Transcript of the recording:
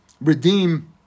redeem